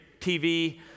TV